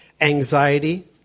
anxiety